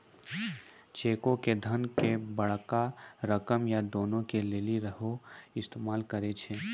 चेको के धन के बड़का रकम या दानो के लेली सेहो इस्तेमाल करै छै